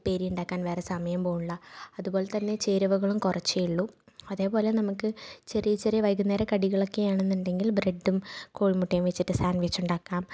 ഉപ്പേരി ഉണ്ടാക്കാന് വേറെ സമയം പോണിള്ള അതുപോലെ തന്നെ ചേരുവകളും കുറച്ചേ ഉള്ളൂ അതേപോലെ നമുക്ക് ചെറിയ ചെറിയ വൈകുന്നേരം കടികള് ഒക്കെയാണെന്നുണ്ടെങ്കില് ബ്രഡും കോഴിമുട്ടയും വെച്ചിട്ട് സാന്ഡ് വിച്ച് ഉണ്ടാക്കാം